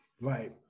Right